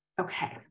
Okay